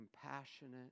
compassionate